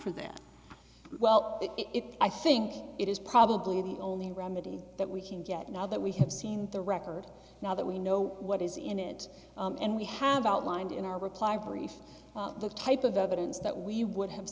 for that well that it i think it is probably the only remedy that we can get now that we have seen the record now that we know what is in it and we have outlined in our reply brief the type of evidence that we would have